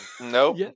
Nope